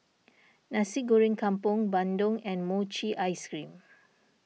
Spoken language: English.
Nasi Goreng Kampung Bandung and Mochi Ice Cream